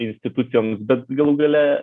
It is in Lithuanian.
institucijoms bet galų gale